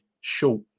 short